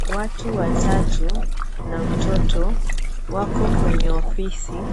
Watu watatu na mtoto, wako kwenye ofisi.